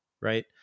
right